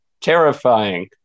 terrifying